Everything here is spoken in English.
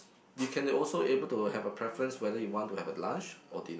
you can also able to have a preference whether you want to have a lunch or dinner